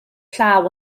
llaw